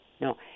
no